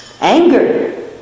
Anger